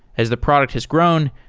as the product is grown,